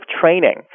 training